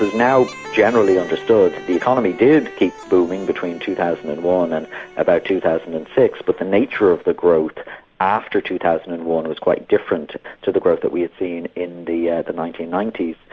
now generally understood the economy did keep booming between two thousand and one and about two thousand and six, but the nature of the growth after two thousand and one was quite different to the growth that we have seen in the yeah nineteen ninety s.